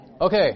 Okay